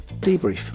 debrief